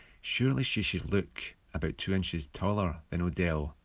surely she should look about two inches taller than odell,